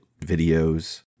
videos